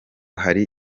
hari